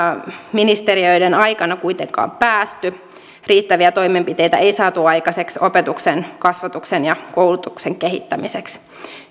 ministeriöiden aikana kuitenkaan päästy riittäviä toimenpiteitä ei saatu aikaiseksi opetuksen kasvatuksen ja koulutuksen kehittämiseksi